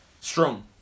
strong